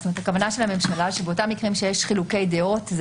הכוונה של הממשלה היא שבאותם מקרים שיש חילוקי דעות,